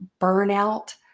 burnout